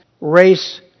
race